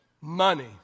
money